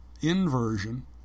Inversion